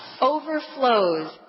overflows